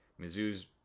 Mizzou's